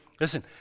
Listen